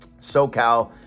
SoCal